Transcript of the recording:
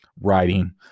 writing